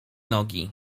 nogi